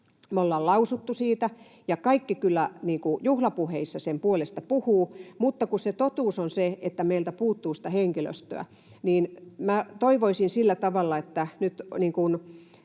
ollaan lausuttu siitä, ja kaikki kyllä juhlapuheissa sen puolesta puhuvat, mutta kun totuus on se, että meiltä puuttuu henkilöstöä, niin minä toivoisin sillä tavalla, että